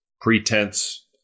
pretense